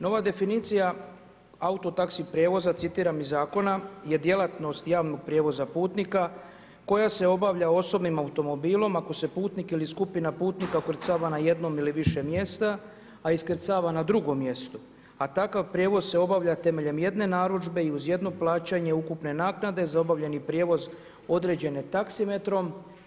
Nova definicija auto taxi prijevoza citiram iz zakona je djelatnost javnog prijevoza putnika koja se obavlja osobnim automobilom ako se putnik ili skupina putnika ukrcava na jednom ili više mjesta, a iskrcava na drugom mjestu, a takav prijevoz se obavlja temeljem jedne narudžbe i uz jedno plaćanje ukupne naknade za obavljeni prijevoz određen taksimetrom.